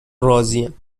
راضیم